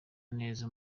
neza